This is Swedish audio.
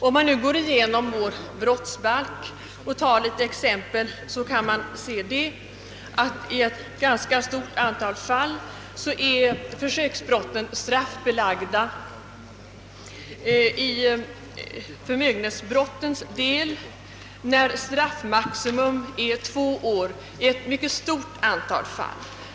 Om man går igenom vår brottsbalk, kan man konstatera att försöksbrotten i ett ganska stort antal fall är straffbelagda. Vad beträffar förmögenhetsbrotten gäller detta, när straffmaximum är två år, ett mycket stort antal fall.